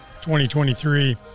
2023